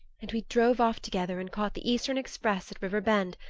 and we drove off together and caught the eastern express at river bend.